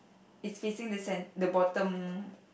it's facing the cent the bottom